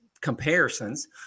comparisons